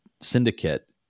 syndicate